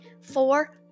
four